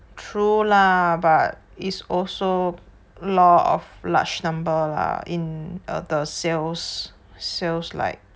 true lah but is also law of large number lah in err the sales sales like